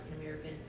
American